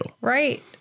Right